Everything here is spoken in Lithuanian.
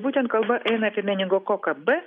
būtent kalba eina apie meningokoką b